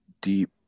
deep